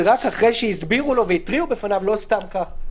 זה רק אחרי שהסבירו לו והתריעו בפניו ולא סתם כך.